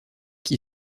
qui